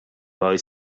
boy